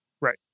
Right